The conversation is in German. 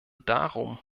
darum